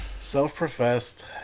Self-professed